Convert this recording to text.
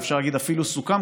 ואפשר להגיד אפילו שסוכם,